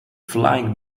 flying